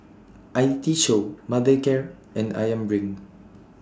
I T Show Mothercare and Ayam Brand